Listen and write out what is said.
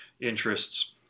interests